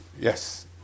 Yes